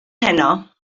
heno